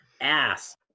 Ass